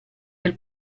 del